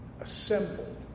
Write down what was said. assembled